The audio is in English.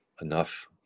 enough